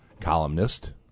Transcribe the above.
columnist